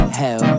hell